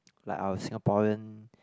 like our Singaporean